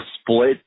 split